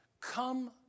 come